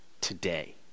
today